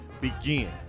begin